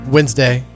Wednesday